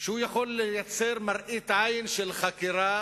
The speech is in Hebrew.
שהוא יכול לייצר מראית עין של חקירה